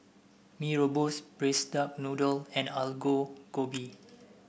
Mee Rebus Braised Duck Noodle and Aloo Gobi